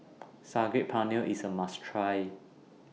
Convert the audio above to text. Saag Paneer IS A must Try